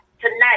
tonight